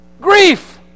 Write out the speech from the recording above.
Grief